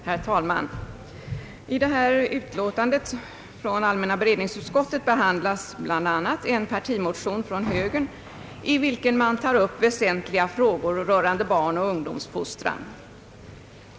Herr talman! I föreliggande utlåtande från allmänna beredningsutskottet behandlas bl.a. en partimotion från högern, i vilken det tas upp väsentliga frågor rörande barnoch ungdomsfostran.